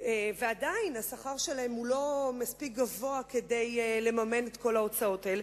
ועדיין השכר שלהן הוא לא מספיק גבוה כדי לממן את כל ההוצאות האלה.